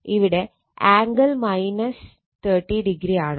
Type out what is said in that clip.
ഇവിടെ angle 30o ആണ്